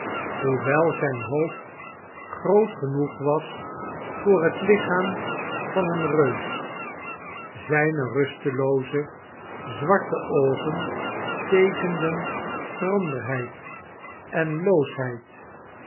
hoewel zijn hoofd groot genoeg was voor het lichaam van een reus zijne rustelooze zwarte oogen teekenden schranderheid en loosheid